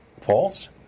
false